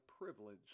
privilege